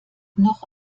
noch